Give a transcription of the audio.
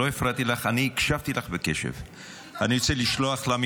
לא אמרתם ------ אין אחדות עם